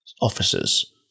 officers